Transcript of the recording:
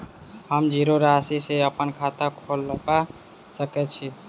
हम जीरो राशि सँ अप्पन खाता खोलबा सकै छी?